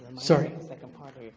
sorry? second part of your